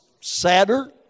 sadder